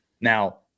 Now